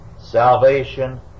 salvation